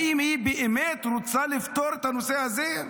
האם היא באמת רוצה לפתור את הנושא הזה,